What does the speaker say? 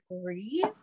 agree